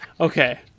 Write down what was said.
Okay